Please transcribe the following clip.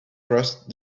crossed